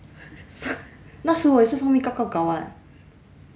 那时我也是放 makeup gao gao [what]